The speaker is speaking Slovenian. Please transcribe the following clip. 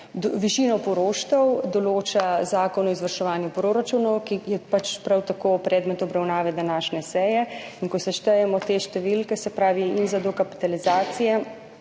Višino poroštev določa zakon o izvrševanju proračunov, ki je prav tako predmet obravnave današnje seje. In ko seštejemo te številke, se pravi za dokapitalizacije,